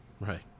right